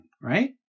right